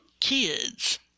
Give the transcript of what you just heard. kids